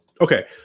Okay